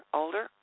older